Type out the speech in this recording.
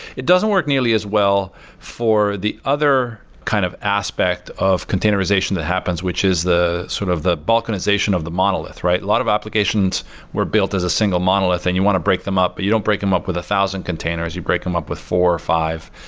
it doesn't work nearly as well for the other kind of aspect of containerization the happens, which is sort of the balkanization of the monolith, right? a lot of applications were built as a single monolith and you want to break them up, but you don't break them up with a thousand containers. you break them up with four or five.